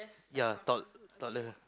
ya top top left